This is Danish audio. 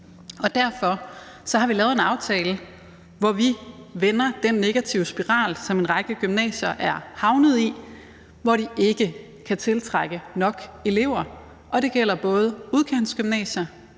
derfor har vi lavet en aftale, hvor vi vender den negative spiral, som en række gymnasier er havnet i, og som gør, at de ikke kan tiltrække nok elever, og det gælder både udkantsgymnasier